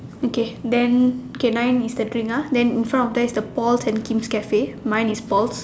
okay then K nine is the drink ah then in front of that is the Paul's and King's Cafe mine is Paul's